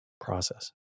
process